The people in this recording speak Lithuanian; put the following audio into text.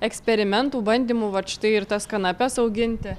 eksperimentų bandymų vat štai ir tas kanapes auginti